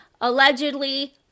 Allegedly